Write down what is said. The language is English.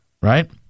right